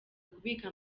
kubika